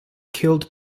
killed